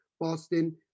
Boston